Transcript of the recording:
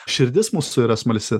širdis mūsų yra smalsi